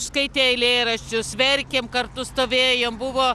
skaitė eilėraščius verkėm kartu stovėjom buvo